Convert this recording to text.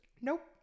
Nope